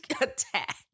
attack